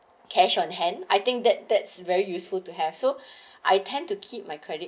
cash on hand I think that that's very useful to have so I tend to keep my credit